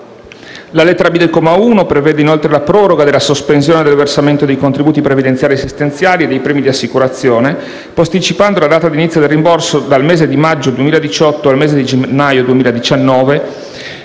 La lettera *b)* del comma 1 prevede inoltre la proroga della sospensione del versamento dei contributi previdenziali ed assistenziali e dei premi di assicurazione, posticipando la data d'inizio del rimborso dal mese di maggio 2018 al mese di gennaio 2019,